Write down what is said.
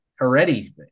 already